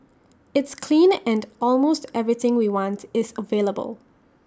it's clean and almost everything we want is available